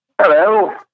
Hello